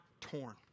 torn